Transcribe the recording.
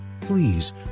Please